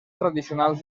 tradicionals